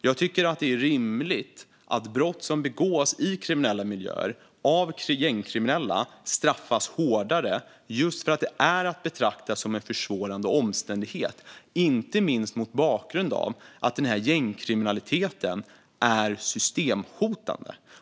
Jag tycker att det är rimligt att brott som begås i kriminella miljöer av gängkriminella straffas hårdare just för att det är att betrakta som en försvårande omständighet - inte minst mot bakgrund av att gängkriminaliteten är systemhotande.